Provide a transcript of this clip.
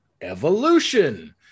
Evolution